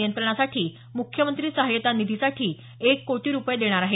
नियंत्रणासाठी मुख्यमंत्री सहायता निधीसाठी एक कोटी रूपये देणार आहे